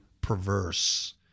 perverse